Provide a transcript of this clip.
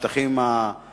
מה שנקרא "השטחים הכבושים",